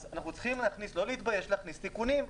אז אנחנו צריכים לא להתבייש להכניס תיקונים.